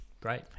great